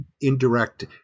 indirect